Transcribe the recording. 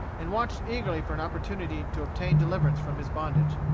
and watched eagerly for an opportunity to obtain deliverance from his bondage.